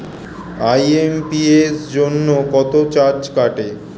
IMPS জন্য কত charge কাটে?